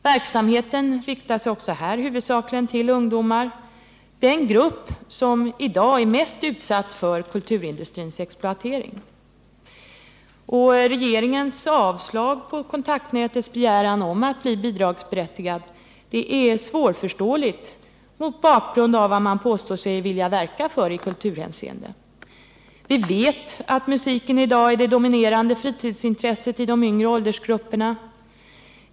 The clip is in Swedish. Verksamheten riktar sig huvudsakligen till ungdomar — den grupp som i dag är mest utsatt för kulturindustrins exploatering. Regeringens avslag på Kontaktnätets begäran om att få bli bidragsberättigat är svårförståeligt mot bakgrund av vad man påstår sig vilja verka för i kulturhänseende. Vi vet att musiken i dag är det dominerande fritidsintresset i de yngre åldersgrupperna.